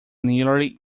nearly